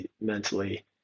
mentally